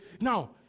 Now